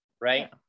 right